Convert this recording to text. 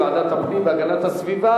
לוועדת הפנים והגנת הסביבה